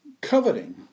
coveting